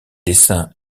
dessins